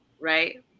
right